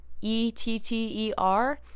e-t-t-e-r